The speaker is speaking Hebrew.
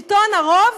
שלטון הרוב,